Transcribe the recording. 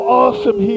awesome